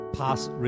past